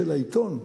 של העיתון,